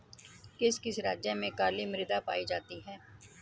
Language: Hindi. किस किस राज्य में काली मृदा पाई जाती है?